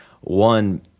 one